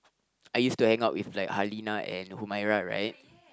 I used to hang out with like Halinah and Umairah right